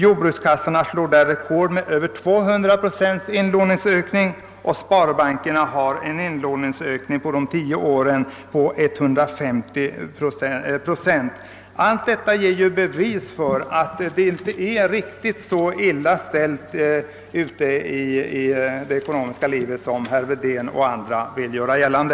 Jordbrukskassorna slår rekord med en inlåningsökning på över 200 procent. Sparbankerna har under dessa tio år haft en inlåningsökning på 150 procent. Allt detta ger bevis för att det inte är riktigt så illa ställt ute i det ekonomiska livet som herr Wedén och andra vill göra gällande.